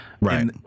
Right